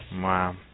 Wow